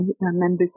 members